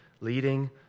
leading